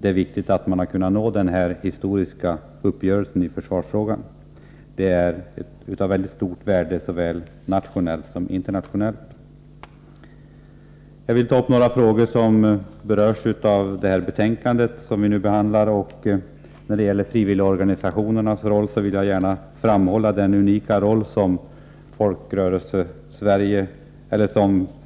Det är viktigt att man har kunnat nå denna historiska uppgörelse i försvarsfrågan. Det är av mycket stort värde såväl nationellt som internationellt. Jag vill ta upp några av de frågor som berörs i det betänkande som vi nu har att behandla. När det gäller frivilligorganisationerna vill jag framhålla den unika roll som